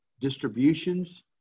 distributions